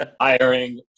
hiring